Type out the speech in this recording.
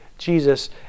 Jesus